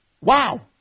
Wow